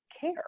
care